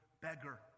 beggar